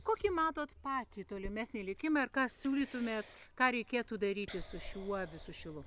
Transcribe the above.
kokį matot patį tolimesnį likimą ir ką siūlytumėt ką reikėtų daryti su šiuo su šilu